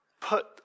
Put